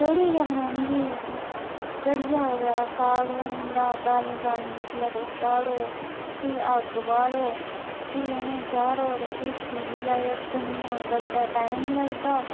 कढ़ी गै बनानी फ्ही असें कढ़िया हा बगैरा साग बनी जंदा दाली शालीं जिसलै तुस चाढ़ो फ्ही अग्ग बाल्लो फ्ही उ'नें चाढ़ो ते फ्ही पतीलियै जां कुन्नियां गलदै टाइम लगदा